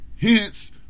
Hence